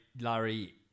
Larry